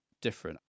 different